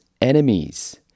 enemies